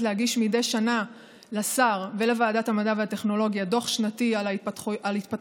להגיש מדי שנה לשר ולוועדת המדע והטכנולוגיה דוח שנתי על התפתחויות